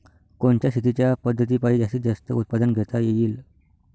कोनच्या शेतीच्या पद्धतीपायी जास्तीत जास्त उत्पादन घेता येईल?